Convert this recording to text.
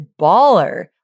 baller